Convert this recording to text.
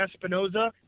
Espinoza